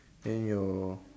then your